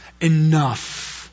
enough